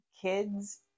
kids